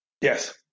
Yes